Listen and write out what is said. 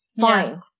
fine